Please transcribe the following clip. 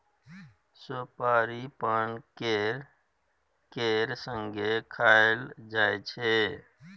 सोपारी पान केर संगे खाएल जाइ छै